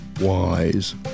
wise